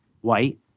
white